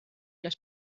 les